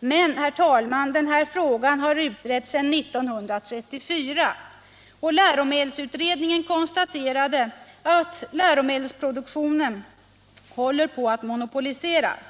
Men, herr talman, den här frågan har utretts sedan 1934, och läromedelsutredningen konstaterar att läromedelsproduktionen håller på att monopoliseras.